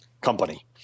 company